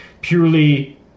purely